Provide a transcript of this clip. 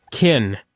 KIN